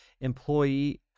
Employee